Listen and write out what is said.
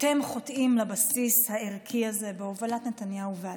אתם חוטאים לבסיס הערכי הזה בהובלת נתניהו והליכוד.